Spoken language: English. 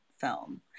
film